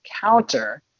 counter